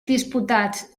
disputats